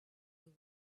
you